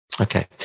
Okay